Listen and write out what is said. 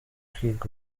kwiga